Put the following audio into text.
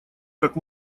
как